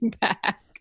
back